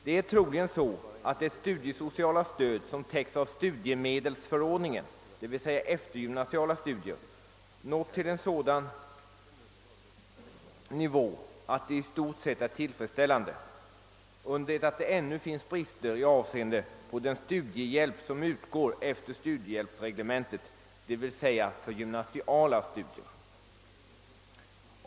Det är troligen så att det studiesociala stöd som täcks av studiemedelsförordningen — d.v.s. eftergymnasiala studier — nått en sådan nivå att det i stort sett är tillfredsställande, under det att det ännu finns brister i avseende på den studiehjälp som utgår efter studiehjälpsreglementet, d. v. s. gymnasiala skolor.